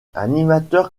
animateur